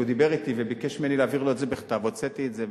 כי הוא דיבר אתי וביקש ממני להעביר לו את זה בכתב והוצאתי את זה,